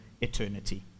eternity